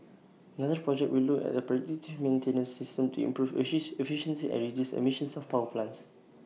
another project will look at A predictive maintenance system to improve efficiency and reduce emissions of power plants